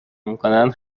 میکنند